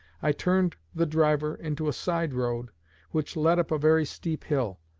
i turned the driver into a side-road which led up a very steep hill,